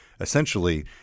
essentially –